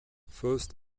first